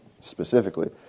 specifically